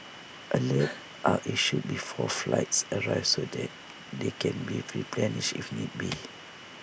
alerts are issued before flights arrive so that they can be replenished if need be